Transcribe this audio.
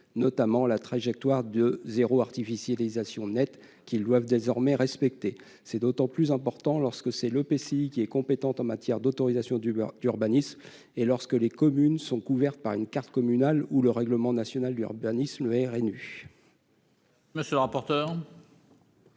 notamment, la trajectoire du ZAN qu'ils doivent désormais respecter. C'est d'autant plus important lorsque c'est l'EPCI qui est compétent en matière d'autorisation d'urbanisme et lorsque les communes sont couvertes par une carte communale ou le règlement national d'urbanisme (RNU).